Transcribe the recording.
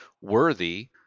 worthy